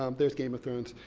um there's game of thrones.